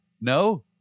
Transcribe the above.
No